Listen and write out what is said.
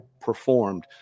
performed